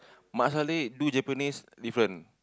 mat salleh do Japanese different